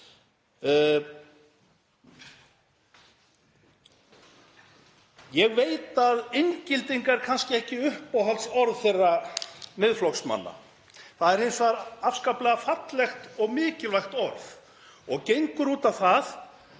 Ég veit að inngilding er kannski ekki uppáhalds orð þeirra Miðflokksmanna. Það er hins vegar afskaplega fallegt og mikilvægt orð og gengur út á það